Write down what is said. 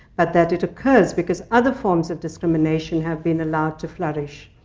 but that it occurs because other forms of discrimination have been allowed to flourish.